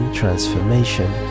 transformation